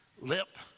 lip